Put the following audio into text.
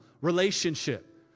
relationship